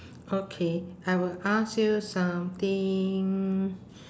okay I will ask you something